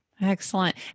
Excellent